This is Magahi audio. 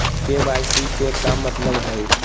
के.वाई.सी के का मतलब हई?